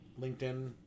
LinkedIn